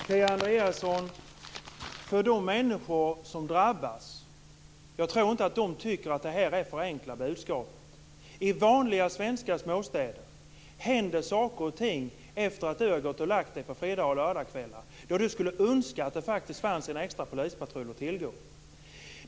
Fru talman! Jag tror inte att de människor som drabbas tycker att det är att förenkla budskapet, Kia Andreasson. I vanliga svenska småstäder händer saker och ting efter det att Kia Andreasson har gått och lagt sig på fredags och lördagskvällar. Kia Andreasson skulle då önska att det fanns en extra polispatrull att tillgå.